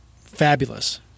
fabulous